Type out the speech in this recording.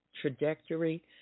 trajectory